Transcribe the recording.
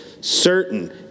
certain